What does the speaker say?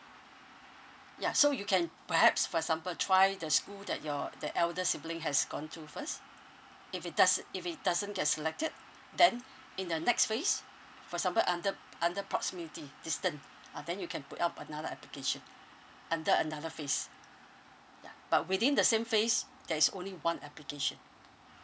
ya so you can perhaps for example try the school that your the elder sibling has gone to first if he does if he doesn't get selected then in the next phase for example under under proximity distance ah then you can put up another application under another phase ya but within the same phase there is only one application